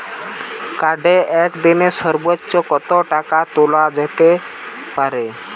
কার্ডে একদিনে সর্বোচ্চ কত টাকা তোলা যেতে পারে?